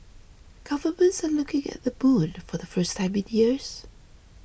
governments are looking at the moon for the first time in years